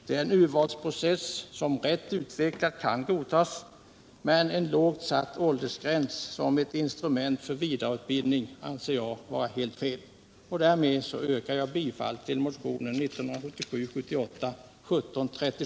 Detta är en urvalsprocess som rätt utvecklad kan godtagas, men en lågt satt åldersgräns som ett instrument för urval till vidareutbildning anser jag vara helt felaktig.